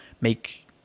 make